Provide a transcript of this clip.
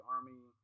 Army